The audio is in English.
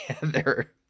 together